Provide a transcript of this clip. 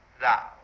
thou